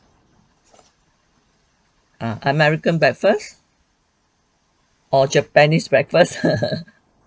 uh american breakfast or japanese breakfast